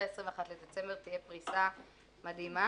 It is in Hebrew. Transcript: עד ה-21 לדצמבר תהיה פריסה מדהימה.